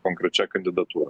konkrečia kandidatūra